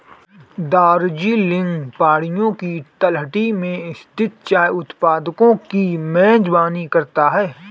दार्जिलिंग पहाड़ियों की तलहटी में स्थित चाय उत्पादकों की मेजबानी करता है